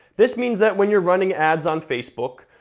this means that when you're running ads on facebook,